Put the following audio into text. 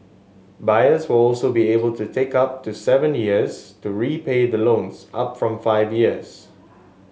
buyers will also be able to take up to seven years to repay the loans up from five years